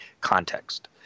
context